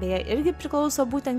beje irgi priklauso būtent